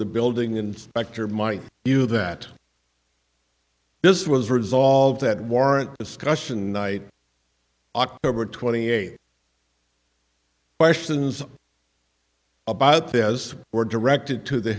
the building inspector might view that this was resolved that warrant discussion and night october twenty eighth questions about this were directed to the